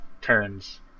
turns